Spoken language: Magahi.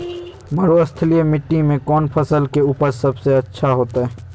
मरुस्थलीय मिट्टी मैं कौन फसल के उपज सबसे अच्छा होतय?